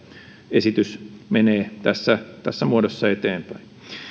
esitys menee tässä tässä muodossa eteenpäin